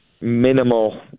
minimal